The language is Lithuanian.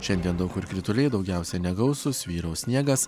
šiandien daug kur krituliai daugiausiai negausūs vyraus sniegas